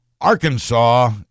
Arkansas